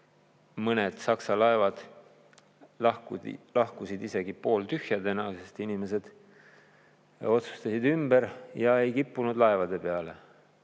mõned Saksa laevad isegi pooltühjana, sest inimesed otsustasid ümber ja ei kippunud laeva peale.